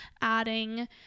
adding